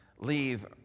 leave